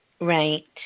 Right